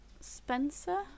Spencer